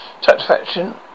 satisfaction